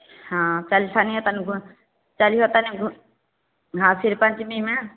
हाँ तनियो तनि घुमि चढ़ियो तनि घुमि हाँ फिर पञ्चमीमे